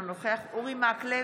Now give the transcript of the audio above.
אינו נוכח אורי מקלב,